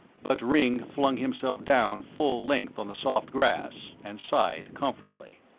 but ringg flung himself down full length on the soft grass and sighed comfortably.